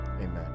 Amen